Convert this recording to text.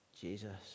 Jesus